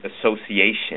association